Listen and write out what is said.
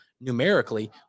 numerically